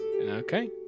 Okay